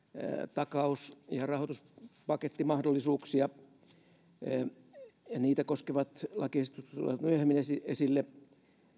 takaus ja rahoituspakettimahdollisuuksia ja niitä koskevat lakiesitykset tulevat myöhemmin esille esille